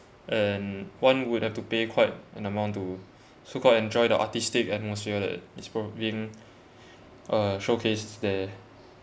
and one would have to pay quite an amount to so called enjoy the artistic atmosphere that it's probably being uh showcases there